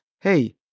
Hey